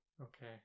Okay